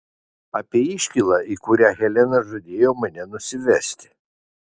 apie iškylą į kurią helena žadėjo mane nusivesti